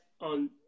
on